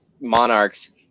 Monarchs